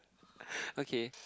okay